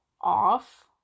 off